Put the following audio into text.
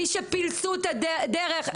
מי שפילסו את הדרך,